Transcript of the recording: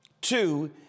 Two